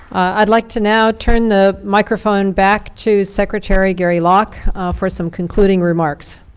i'd like to now turn the microphone back to secretary gary locke for some concluding remarks.